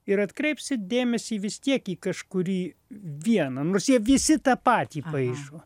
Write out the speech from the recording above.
ir atkreipsit dėmesį vis tiek į kažkurį vieną nors jie visi tą patį paišo